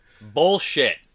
bullshit